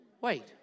wait